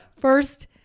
first